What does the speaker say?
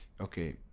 okay